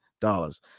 dollars